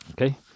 Okay